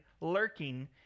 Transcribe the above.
lurking